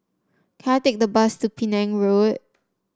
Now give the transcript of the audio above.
can I take the bus to Penang Road